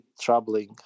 troubling